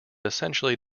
essentially